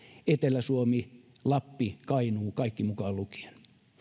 etelä suomi lappi kainuu kaikki mukaan lukien